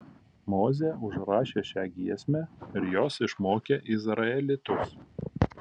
mozė užrašė šią giesmę ir jos išmokė izraelitus